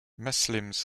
muslims